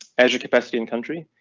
azure capacity in country.